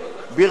ברצינות,